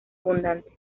abundante